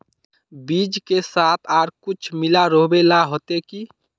बीज के साथ आर कुछ मिला रोहबे ला होते की?